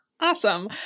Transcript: awesome